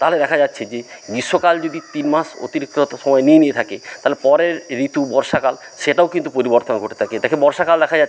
তাহলে দেখা যাচ্ছে যে গ্রীষ্মকাল যদি তিন মাস অতিরিক্ত সময় নিয়ে নিয়ে থাকে তাহলে পরের ঋতু বর্ষাকাল সেটাও কিন্তু পরিবর্তন ঘটে থাকে এটাকে বর্ষাকাল দেখা যাচ্ছে